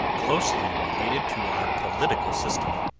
closely related to our political system.